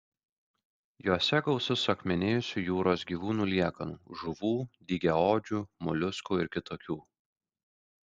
jose gausu suakmenėjusių jūros gyvūnų liekanų žuvų dygiaodžių moliuskų ir kitokių